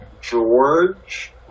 George